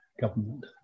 government